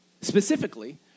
specifically